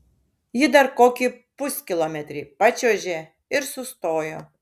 ji dar kokį puskilometrį pačiuožė ir sustojo